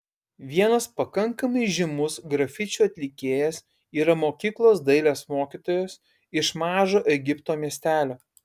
vienas pakankamai žymus grafičių atlikėjas yra mokyklos dailės mokytojas iš mažo egipto miestelio